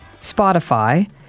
Spotify